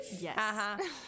Yes